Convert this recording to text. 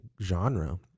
genre